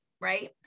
right